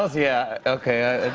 ah yeah, okay.